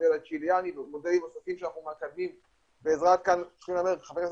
המודל הצ'יליאני ומודלים נוספים שאנחנו מקדמים בעזרת חברי כנסת